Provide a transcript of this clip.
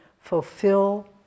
fulfill